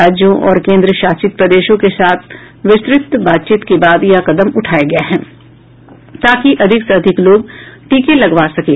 राज्यों और केंद्रशासित प्रदेशों के साथ विस्तृत बातचीत के बाद यह कदम उठाया गया है ताकि अधिक से अधिक लोग टीके लगवा सकें